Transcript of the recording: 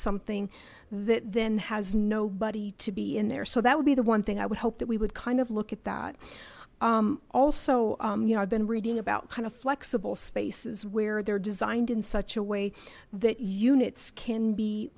something that then has nobody to be in there so that would be the one thing i would hope that we would kind of look at that also you know i've been reading about kind of flexible spaces where they're designed in such a way that units can be